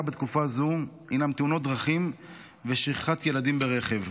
בתקופה זו הינם תאונות דרכים ושכחת ילדים ברכב.